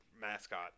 mascot